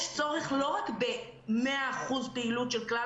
יש צורך לא רק במאה אחוז פעילות של כלל